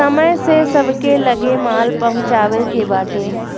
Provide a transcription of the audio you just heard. समय से सबके लगे माल पहुँचावे के बाटे